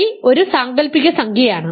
i ഒരു സാങ്കൽപ്പിക സംഖ്യയാണ്